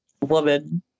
woman